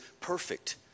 perfect